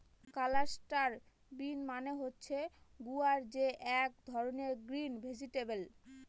cluster bean মানে হচ্ছে গুয়ার যে এক ধরনের গ্রিন ভেজিটেবল